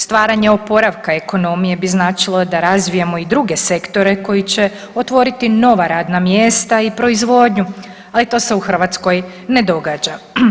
Stvaranje oporavka ekonomije bi značilo da razvijamo i druge sektore koji će otvoriti nova radna mjesta i proizvodnju, ali to se u Hrvatskoj ne događa.